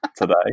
today